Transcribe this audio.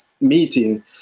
meeting